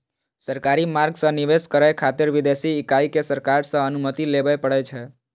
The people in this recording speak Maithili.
सरकारी मार्ग सं निवेश करै खातिर विदेशी इकाई कें सरकार सं अनुमति लेबय पड़ै छै